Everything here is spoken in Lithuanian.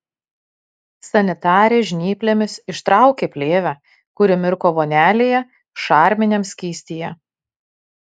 sanitarė žnyplėmis ištraukė plėvę kuri mirko vonelėje šarminiam skystyje